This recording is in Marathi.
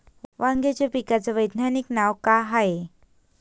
वांग्याच्या पिकाचं वैज्ञानिक नाव का हाये?